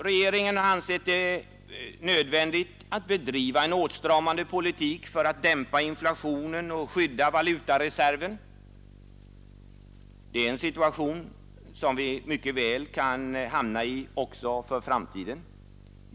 Regeringen har ansett det nödvändigt att bedriva en åtstramande politik för att dämpa inflationen och skydda valutareserven. Det är en situation, som vi mycket väl kan råka hamna i också i framtiden.